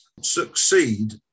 succeed